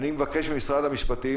אני מבקש ממשרד המשפטים,